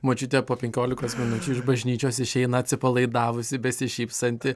močiutė po penkiolikos minučių iš bažnyčios išeina atsipalaidavusi besišypsanti